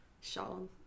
Sean